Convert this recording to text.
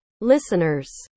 Listeners